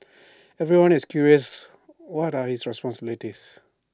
everyone is curious what are his responsibilities